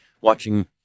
watching